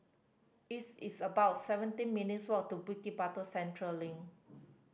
it's it's about seventeen minutes' walk to Bukit Batok Central Link